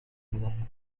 میدهید